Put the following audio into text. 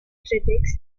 critics